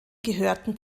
gehörten